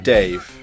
Dave